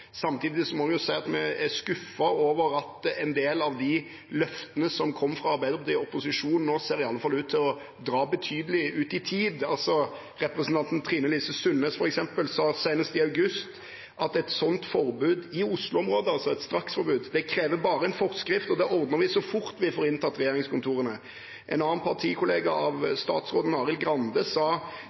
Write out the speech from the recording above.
Samtidig må vi si at vi er skuffet over at en del av de løftene som kom fra Arbeiderpartiet i opposisjon, nå i alle fall ser ut til å dra betydelig ut i tid. Representanten Trine-Lise Sundnes, f.eks., sa senest i august at et sånt forbud i Oslo-området, altså et straksforbud, «krever kun en forskrift, og det ordner vi så fort vi får inntatt regjeringskontorene». En annen partikollega av statsråden, Arild Grande, sa: